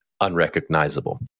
unrecognizable